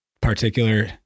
particular